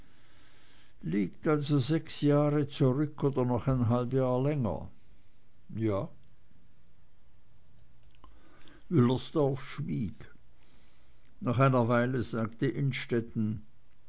liegt also sechs jahre zurück oder noch ein halb jahr länger ja wüllersdorf schwieg nach einer weile sagte